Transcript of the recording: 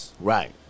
Right